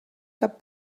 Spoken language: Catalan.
cap